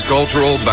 Cultural